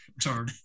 Sorry